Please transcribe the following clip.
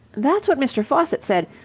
that's what mr. faucitt said.